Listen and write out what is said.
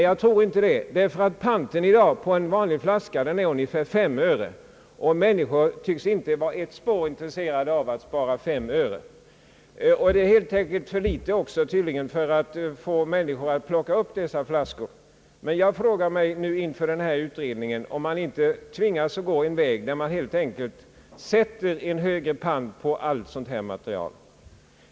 Jag tror inte det, ty panten på de vanliga flaskorna är ungefär 5 öre, och människor tycks inte vara ett spår intresserade av att spara 5 öre. Tydligen är fem öre också för litet för att människor skall förmås att plocka upp dessa flaskor. Men jag frågar mig inför den nu tillsatta utredningen, om man inte helt enkelt tvingas gå vägen att sätta en högre pant på allt sådant här material.